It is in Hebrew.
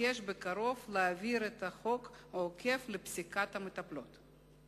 תתבקש בקרוב להעביר חוק עוקף "פסיקת המטפלות".